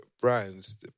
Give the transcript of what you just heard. brands